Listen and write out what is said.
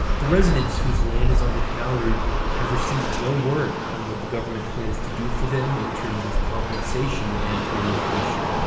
the residents whose land is on the canal route have received no word on what the government plans to do for them in terms of compensation and relocation.